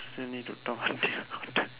still need to talk some thing about the